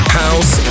house